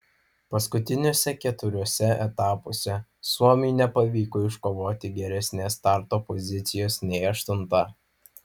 paskutiniuose keturiuose etapuose suomiui nepavyko iškovoti geresnės starto pozicijos nei aštunta